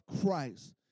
Christ